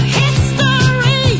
history